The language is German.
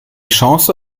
chancen